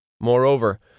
Moreover